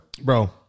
Bro